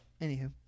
anywho